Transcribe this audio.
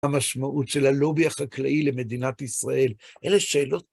המשמעות של הלובי החקלאי למדינת ישראל, אלה שאלות.